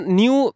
new